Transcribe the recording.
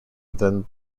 than